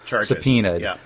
subpoenaed